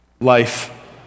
Life